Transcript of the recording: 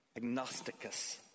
agnosticus